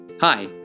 Hi